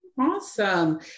Awesome